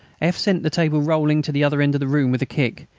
f. sent the table rolling to the other end of the room with a kick,